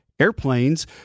airplanes